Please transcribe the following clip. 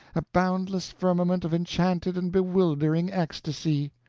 a boundless firmament of enchanted and bewildering ecstasy!